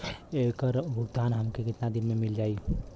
ऐकर भुगतान हमके कितना दिन में मील जाई?